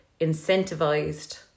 incentivized